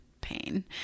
pain